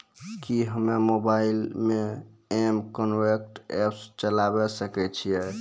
कि हम्मे मोबाइल मे एम कनेक्ट एप्प चलाबय सकै छियै?